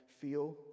feel